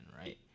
right